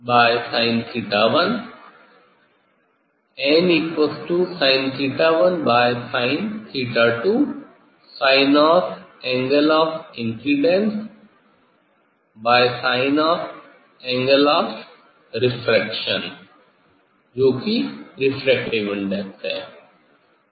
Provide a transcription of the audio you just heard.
1nsin2sin1 nsin1sin2 sine of angle of incidence sine of angle of refraction जो कि refractive index है